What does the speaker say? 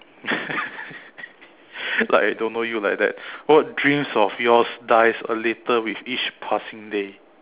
like I don't know you like that what dreams of yours dies a little with each passing day